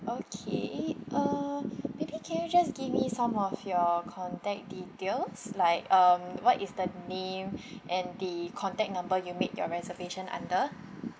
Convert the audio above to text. okay uh maybe can you just give me some of your contact details like um what is the name and the contact number you make your reservation under